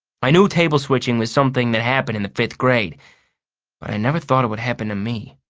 i knew table switching was something that happened in the fifth grade, but i never thought it would happen to me.